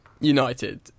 United